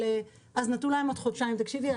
אז נתנו להם עוד חודשיים תקשיבי,